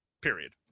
period